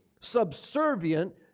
subservient